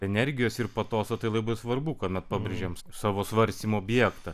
energijos ir patoso tai labai svarbu kuomet pabrėžiam savo svarstymų objektą